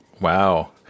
wow